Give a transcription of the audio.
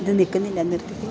ഇത് നിൽക്കുന്നിൽ നിർത്തിക്കേ